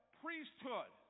priesthood